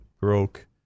broke